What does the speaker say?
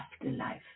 afterlife